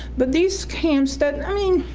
but these camps that and i mean